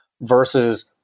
versus